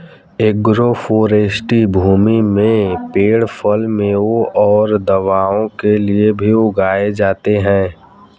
agroforestry भूमि में पेड़ फल, मेवों और दवाओं के लिए भी उगाए जाते है